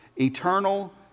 eternal